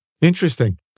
Interesting